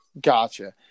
Gotcha